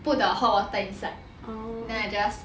put the hot water inside then I just